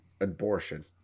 abortion